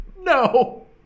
No